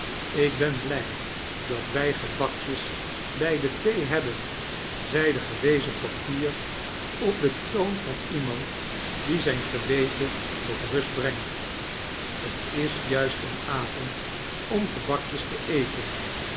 ik ben bmj dat wij gebakjes bij de thee hebben zei de gewezen portier op den toon van ieniand die zijn geweten tot rust brengt t is juiet een avond om gebakjes te eten